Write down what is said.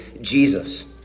Jesus